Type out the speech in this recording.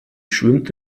schwimmt